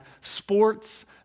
sports